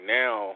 now